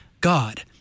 God